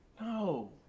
No